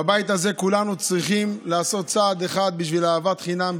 בבית הזה כולנו צריכים לעשת צעד אחד בשביל אהבת חינם,